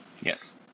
Yes